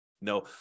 No